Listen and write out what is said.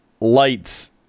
lights